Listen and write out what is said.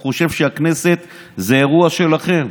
הוא חושב שהכנסת זה אירוע שלכם.